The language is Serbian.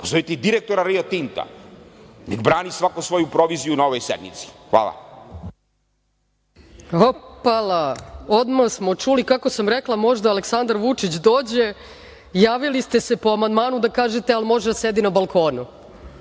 Pozovite i direktora Rio Tinta, nek brani svako svoju proviziju na ovoj sednici. Hvala.